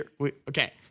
Okay